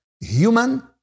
human